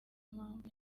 mpamvu